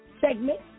segment